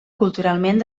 culturalment